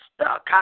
stuck